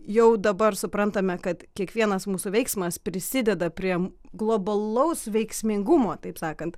jau dabar suprantame kad kiekvienas mūsų veiksmas prisideda prie globalaus veiksmingumo taip sakant